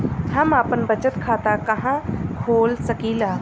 हम आपन बचत खाता कहा खोल सकीला?